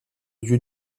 dieu